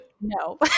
No